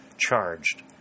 charged